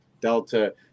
Delta